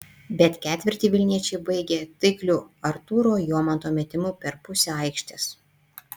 bet ketvirtį vilniečiai baigė taikliu artūro jomanto metimu per pusę aikštės